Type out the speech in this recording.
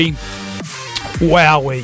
Wowie